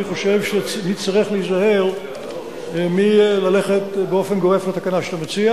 אני חושב שנצטרך להיזהר מללכת באופן גורף לתקנה שאתה מציע,